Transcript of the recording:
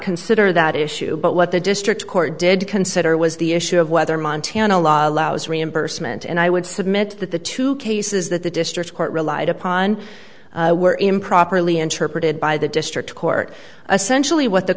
consider that issue but what the district court did consider was the issue of whether montana law allows reimbursement and i would submit that the two cases that the district court relied upon were improperly interpreted by the district court essentially what the